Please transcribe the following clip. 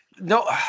no